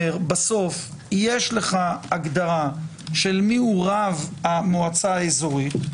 בסוף יש לך הגדרה של מיהו רב המועצה האזורית,